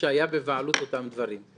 שהיה בבעלותם אותם דברים.